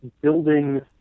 building